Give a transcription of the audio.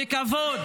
לכבוד,